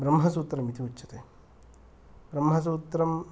ब्रह्मसूत्रम् इति उच्यते ब्रह्मसूत्रं